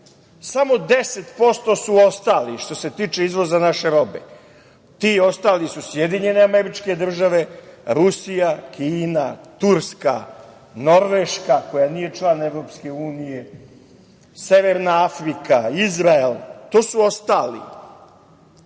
Samo 10% su ostali što se tiče izvoza naše robe. Ti ostali su SAD, Rusija, Kina, Turska, Norveška koja nije član Evropske unije, Severna Afrika, Izrael. To su ostali,